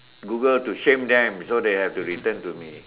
Google to shame them so they have to return to me